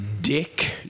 Dick